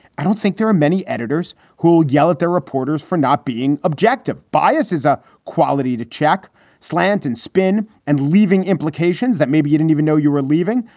i don't think there are many editors who will yell at their reporters for not being objective. bias is a quality to check slant and spin and leaving implications that maybe you didn't even know you were leaving.